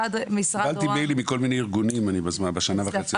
קיבלתי מיילים מכל מיני ארגונים בשנה וחצי האחרונה.